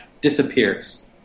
disappears